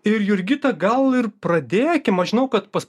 ir jurgita gal ir pradėkim aš žinau kad pas